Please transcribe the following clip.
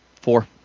four